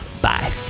Bye